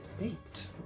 eight